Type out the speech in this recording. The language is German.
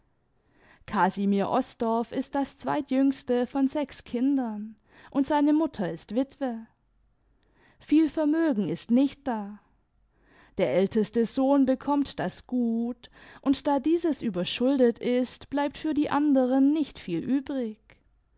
casimir osdorff ist das zweitjüngste von sechs kindern und seine mutter ist witwe viel vermögen ist nicht da der älteste sohn bekommt das gut und da dieses überschuldet ist bleibt für die anderen nicht viel übrig